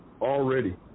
already